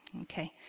Okay